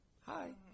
hi